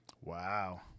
wow